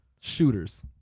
shooters